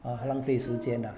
[ho] 还浪费时间 ah